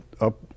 up